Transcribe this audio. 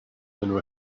owner